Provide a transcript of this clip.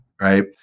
right